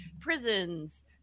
prisons